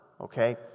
Okay